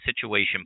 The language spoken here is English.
situation